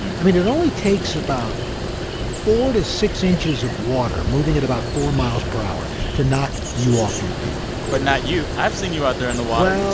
i mean, it only takes about four to six inches of water moving at about four miles per hour to knock you off your feet but not you i've seen you out there in the water.